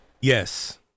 Yes